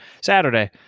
Saturday